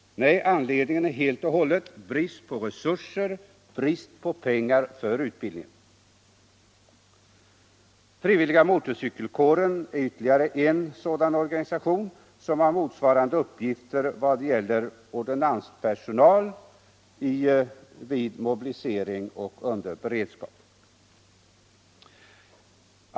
Nej, anledningen är helt och hållet brist på resurser, brist på pengar för utbildningen. Frivilliga motorcykelkåren är ytterligare en sådan organisation som har motsvarande uppgifter vad gäller ordonnanspersonal vid mobilisering och under beredskap.